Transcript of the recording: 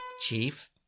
Chief